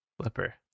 flipper